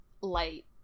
light